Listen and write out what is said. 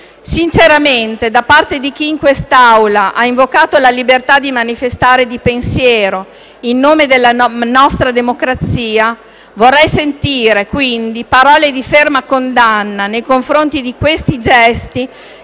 Sinceramente da parte di chi in quest'Assemblea ha invocato la libertà di manifestare e di pensiero in nome della nostra democrazia, vorrei sentire parole di ferma condanna nei confronti di questi gesti